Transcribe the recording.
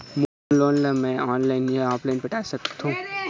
मोर loan ला मैं online या ऑफलाइन पटाए सकथों?